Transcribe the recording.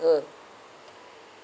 her